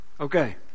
Okay